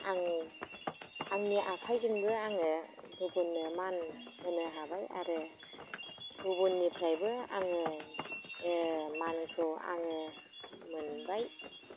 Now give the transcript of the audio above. आं आंनि आखाइजोंबो आङो गुबुननो मान होनो हाबाय आरो गुबुननिफ्रायबो आङो ओ मानखौ आङो मोनबाय